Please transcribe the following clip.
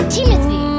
Timothy